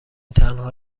تنها